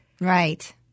Right